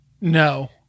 No